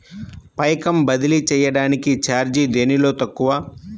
పైకం బదిలీ చెయ్యటానికి చార్జీ దేనిలో తక్కువ?